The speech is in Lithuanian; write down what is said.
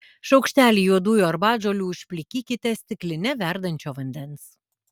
šaukštelį juodųjų arbatžolių užplikykite stikline verdančio vandens